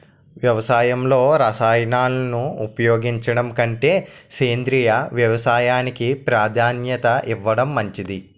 వ్యవసాయంలో రసాయనాలను ఉపయోగించడం కంటే సేంద్రియ వ్యవసాయానికి ప్రాధాన్యత ఇవ్వడం మంచిది